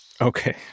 Okay